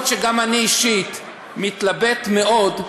אומנם גם אני אישית מתלבט מאוד,